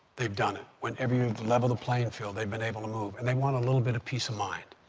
they've done it. whenever you level the playing field, they've been able to move. and they want a little bit of peace of mind.